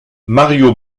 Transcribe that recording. mario